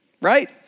Right